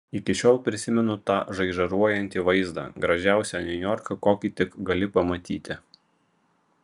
iki šiol prisimenu tą žaižaruojantį vaizdą gražiausią niujorką kokį tik gali pamatyti